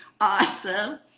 awesome